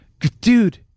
Dude